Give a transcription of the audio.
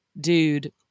dude